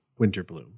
Winterbloom